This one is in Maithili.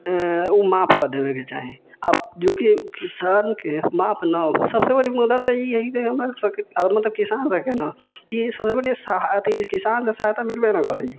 ओ माफ़ कऽ देबेके चाही आ जोकी किसान के माफ़ न हो सबसे बड़ी मदद ई है की हमरसबके मतलब किसान सबके ना की सबसे बढ़िऑं अथि किसान सँ सहायता मिलबे न करै